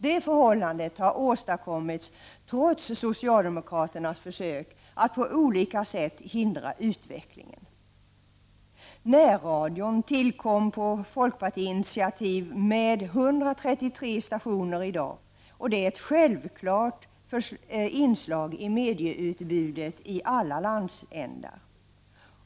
Det förhållandet har dock tillkommit trots socialdemokraternas försök att på olika sätt hindra utvecklingen. Närradion, som tillkom på folkpartiinitiativ och som i dag har 133 stationer, är ett självklart inslag i medieutbudet i alla landsändar.